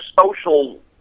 social